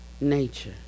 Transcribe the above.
nature